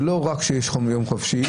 זה לא רק שיש יום חופשי,